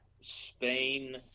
spain